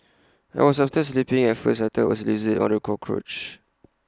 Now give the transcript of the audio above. I was after sleeping at first I thought IT was A lizard or A cockroach